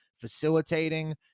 facilitating